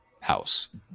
house